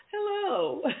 Hello